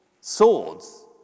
swords